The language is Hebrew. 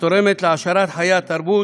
התורמת להעשרת חיי התרבות